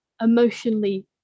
emotionally